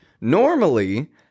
Normally